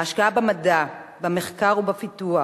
ההשקעה במדע, במחקר ובפיתוח,